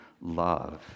love